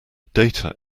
data